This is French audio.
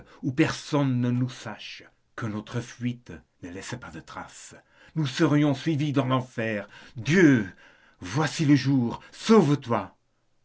où personne ne nous sache que notre fuite ne laisse pas de traces nous serions suivis dans l'enfer dieu voici le jour sauve-toi